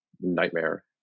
nightmare